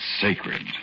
sacred